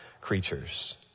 creatures